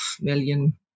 million